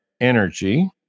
energy